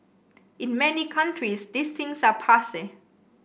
in many countries these things are passe